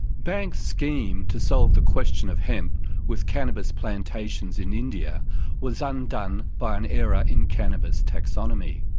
banks' scheme to solve the question of hemp with cannabis plantations in india was undone by an error in cannabis taxonomy.